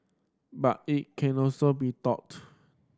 but it can also be taught